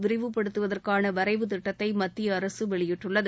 விரிவுப்படுத்துவதற்கான வரைவு திட்டத்தை மத்திய அரசு வெளியிட்டுள்ளது